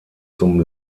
zum